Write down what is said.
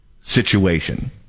situation